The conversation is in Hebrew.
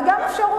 זו גם אפשרות.